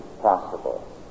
possible